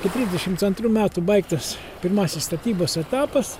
kai trisdešimts antrų metų baigtas pirmasis statybos etapas